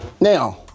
Now